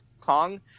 Kong